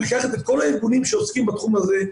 לקחת את כל הארגונים שעוסקים בתחום הזה,